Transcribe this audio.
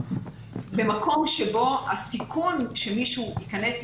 במקום שבו הסיכון שמישהו ייכנס,